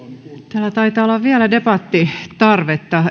täällä taitaa olla vielä debattitarvetta